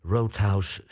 Roadhouse